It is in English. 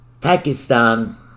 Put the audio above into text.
Pakistan